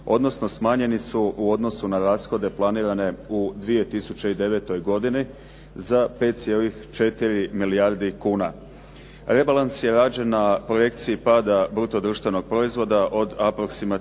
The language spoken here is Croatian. odnosno smanjeni su u odnosu na rashode planirane u 2009. godini za 5,4 milijardi kuna. Rebalans je rađen na projekciji pada bruto društvenog proizvoda od aproksimativno